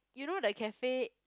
you know the cafe